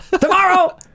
tomorrow